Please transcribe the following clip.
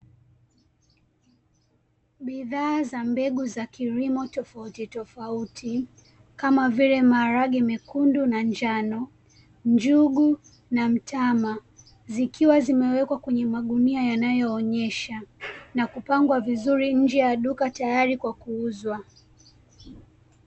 Bidhaa za mbegu za kilimo tofauti tofauti, kama vile maharage mekundu na njano, njugu na mtama zikiwa zimewekwa kwenye magunia yanayoonyesha na kupangwa vizuri nje ya duka tayari kwa kuuzwa.